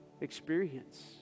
experience